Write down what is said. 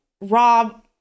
rob